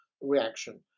reaction